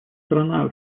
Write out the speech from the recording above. страна